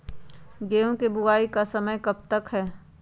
गेंहू की बुवाई का समय कब तक है?